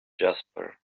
jasper